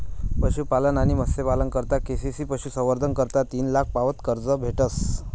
पशुपालन आणि मत्स्यपालना करता के.सी.सी पशुसंवर्धन करता तीन लाख पावत कर्ज भेटस